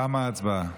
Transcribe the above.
תמה ההצבעה.